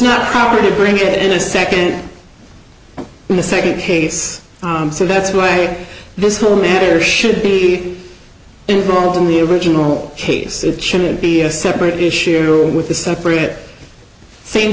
not proper to bring it in a second in the second case so that's why this whole matter should be involved in the original case should it be a separate issue with the separate same